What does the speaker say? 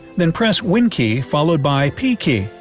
then press win key followed by p key,